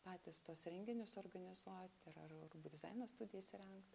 patys tuos renginius organizuot ir ar b dizaino studiją įsirengt